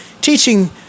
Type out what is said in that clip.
teaching